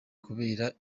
kubera